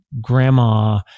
grandma